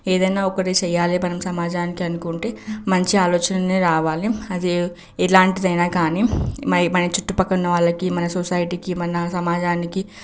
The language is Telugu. ఏదైనా ఒకటి చేయాలి మనం సమాజానికి అనుకుంటే మంచి ఆలోచననే రావాలి అది ఎలాంటిదైనా కానీ మన చుట్టుపక్కన ఉన్న వాళ్ళకి మన సొసైటీకి మన సమాజానికి